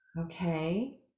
okay